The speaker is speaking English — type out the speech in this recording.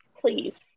Please